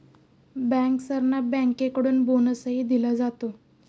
बँकर्सना बँकेकडून बोनसही दिला जातो